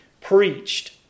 preached